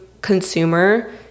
consumer